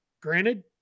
Granted